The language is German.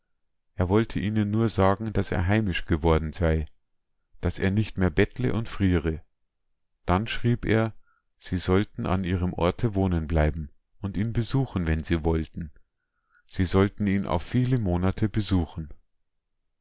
er wollte ihnen nur sagen daß er heimisch geworden sei daß er nicht mehr bettle und friere dann schrieb er sie sollten an ihrem orte wohnen bleiben und ihn besuchen wenn sie wollten sie sollten ihn auf viele monate besuchen